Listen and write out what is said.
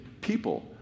people